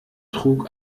trug